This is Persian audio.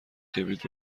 کبریت